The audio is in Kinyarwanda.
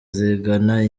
zigana